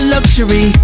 luxury